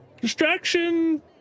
Distraction